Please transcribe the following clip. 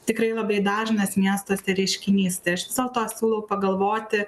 tikrai labai dažnas miestuose reiškinys tai aš vis dėlto siūlau pagalvoti